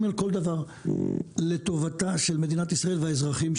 איתם על כל דבר לטובתה של מדינת ישראל ואזרחיה.